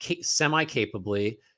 semi-capably